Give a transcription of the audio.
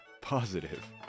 Positive